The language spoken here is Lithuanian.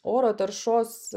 oro taršos